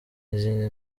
n’izindi